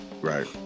Right